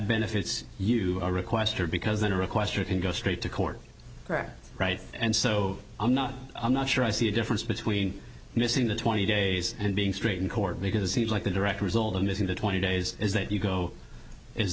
benefits you are requester because the requester can go straight to court right and so i'm not i'm not sure i see a difference between missing the twenty days and being straight in court because it seems like the direct result of missing the twenty days is that you go